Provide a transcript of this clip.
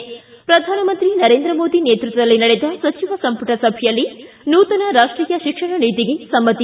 ಿದ್ದಾ ಪ್ರಧಾನಮಂತ್ರಿ ನರೇಂದ್ರ ಮೋದಿ ನೇತೃತ್ವದಲ್ಲಿ ನಡೆದ ಸಚಿವ ಸಂಪುಟ ಸಭೆಯಲ್ಲಿ ನೂತನ ರಾಷ್ಟೀಯ ಶಿಕ್ಷಣ ನೀತಿಗೆ ಸಮ್ಮತಿ